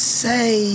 say